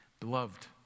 Beloved